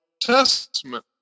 Testament